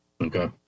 Okay